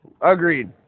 agreed